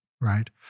Right